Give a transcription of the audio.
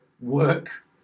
work